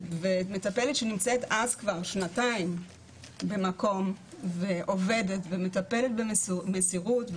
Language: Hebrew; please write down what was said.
ומטפלת שנמצאת אצלה כבר שנתיים ועובדת ומטפלת במסירות,